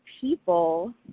people